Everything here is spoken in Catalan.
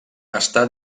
està